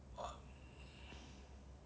a